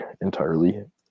entirely